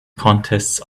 contests